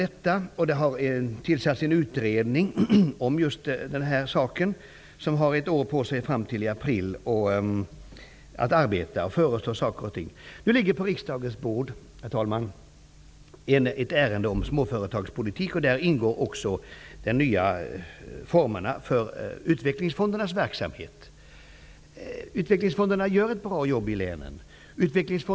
Det har tillsatts en utredning om just detta som har ett år på sig fram till april att arbeta fram förslag. Nu ligger på riksdagens bord, herr talman, ett ärende om småföretagspolitik. Där ingår också de nya formerna för utvecklingsfondernas verksamhet. Utvecklingsfonderna gör ett bra jobb i länen.